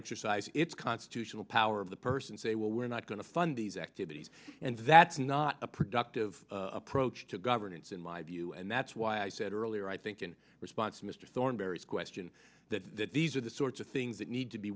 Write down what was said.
exercise its constitutional power of the purse and say well we're not going to fund these activities and that's not a productive approach to governance in my view and that's why i said earlier i think in response to mr thornberrys question that these are the sorts of things that need to be